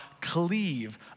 cleave